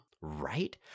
Right